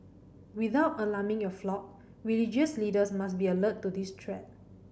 without alarming your flock religious leaders must be alert to this threat